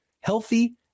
healthy